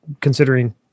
considering